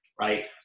right